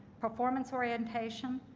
performance orientation,